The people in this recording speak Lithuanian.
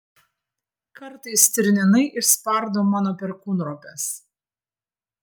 kartais stirninai išspardo mano perkūnropes